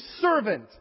servant